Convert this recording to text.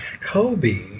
Kobe